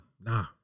nah